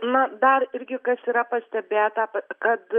na dar irgi kas yra pastebėta kad